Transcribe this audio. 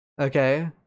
Okay